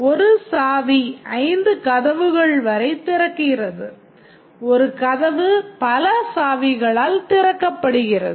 ஒரு சாவி 5 கதவுகள் வரை திறக்கிறது ஒரு கதவு பல சாவிகளால் திறக்கப்படுகிறது